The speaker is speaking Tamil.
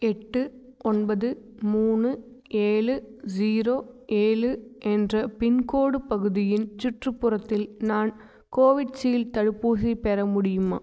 எட்டு ஒன்பது மூணு ஏழு ஜீரோ ஏழு என்ற பின்கோட் பகுதியின் சுற்றுப்புறத்தில் நான் கோவிஷீல்டு தடுப்பூசி பெற முடியுமா